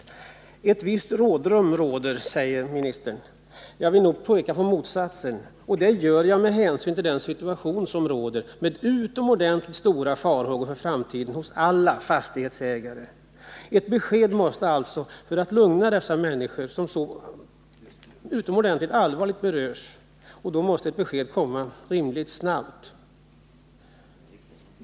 Budgetministern säger att det finns ett visst rådrum. Jag vill nog påstå motsatsen, och det gör jag mot bakgrund av den situation som råder med utomordentligt stora farhågor för framtiden hos alla fastighetsägare. För att lugna de människor som berörs ytterligt allvarligt av det här måste ett besked komma relativt snart.